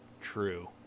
true